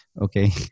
okay